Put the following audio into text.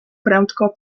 prędko